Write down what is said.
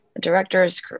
directors